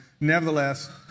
nevertheless